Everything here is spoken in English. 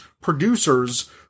producers